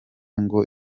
ngo